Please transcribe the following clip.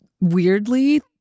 weirdly